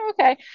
okay